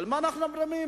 על מי אנחנו מדברים?